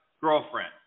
girlfriend